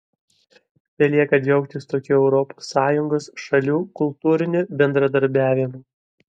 belieka džiaugtis tokiu europos sąjungos šalių kultūriniu bendradarbiavimu